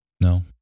No